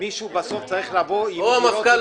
מישהו בסוף צריך לבוא ולדווח.